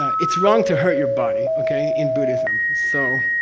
it's wrong to hurt your body. okay? in buddhism. so,